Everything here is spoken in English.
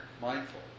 mindful